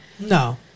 No